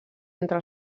entre